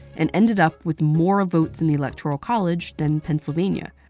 and ended up with more votes in the electoral college than pennsylvania.